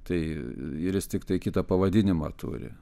tai ir jis tiktai kitą pavadinimą turi